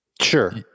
Sure